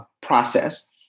process